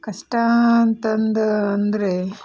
ಕಷ್ಟ ಅಂತಂದು ಅಂದರೆ